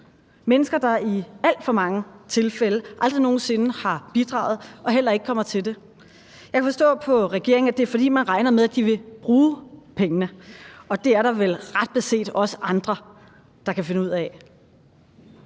mennesker, der i alt for mange tilfælde aldrig nogen sinde har bidraget og heller ikke kommer til det? Jeg kan forstå på regeringen, at det er, fordi man regner med, at de vil bruge pengene, og det er der vel ret beset også andre der kan finde ud af;